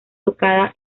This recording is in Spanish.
tocada